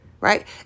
Right